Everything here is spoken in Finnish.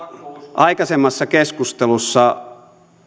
aikaisemmassa keskustelussa